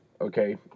Okay